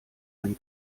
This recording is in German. ein